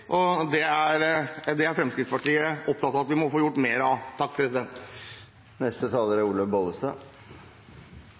Fremskrittspartiet opptatt av at vi må få mer av.